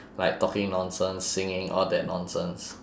like talking nonsense singing all that nonsense